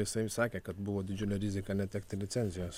jisai jau sakė kad buvo didžiulė rizika netekti licenzijos